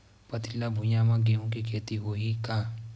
पथरिला भुइयां म गेहूं के खेती होही का?